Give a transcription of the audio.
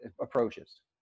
approaches